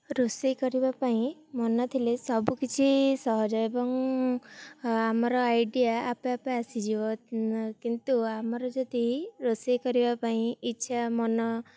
ରୋଷେଇ କରିବା ପାଇଁ ମନ ଥିଲେ ସବୁକିଛି ସହଜ ଏବଂ ଆମର ଆଇଡ଼ିଆ ଆପେଆପେ ଆସିଯିବ କିନ୍ତୁ ଆମର ଯଦି ରୋଷେଇ କରିବା ପାଇଁ ଇଚ୍ଛା ମନ